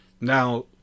Now